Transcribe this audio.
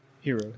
Hero